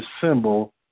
symbol